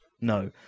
No